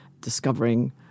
discovering